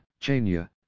Chania